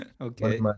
okay